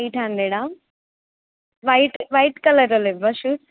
eight హండ్రెడా white white కలర్లో లేవా షూస్